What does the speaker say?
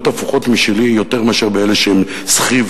הפוכות משלי יותר מאשר באלה שהם סחי,